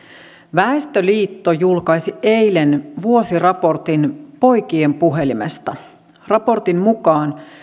väestöliitto julkaisi eilen vuosiraportin poikien puhelimesta raportin mukaan